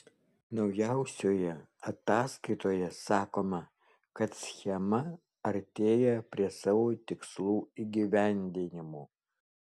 naujausioje ataskaitoje sakoma kad schema artėja prie savo tikslų įgyvendinimo